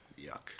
yuck